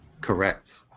Correct